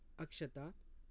Akshata